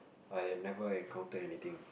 I have never encounter anything